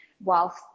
whilst